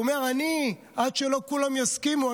הוא אומר: עד שלא כולם יסכימו,